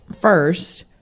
First